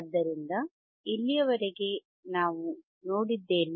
ಆದ್ದರಿಂದ ಇಲ್ಲಿಯವರೆಗೆ ನಾವು ನೋಡಿದ್ದೇನು